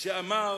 שאמר